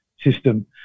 system